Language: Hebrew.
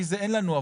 כי זה אין לנו,